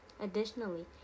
Additionally